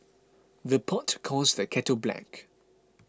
the pot calls the kettle black